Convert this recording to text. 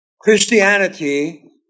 Christianity